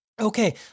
Okay